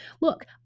Look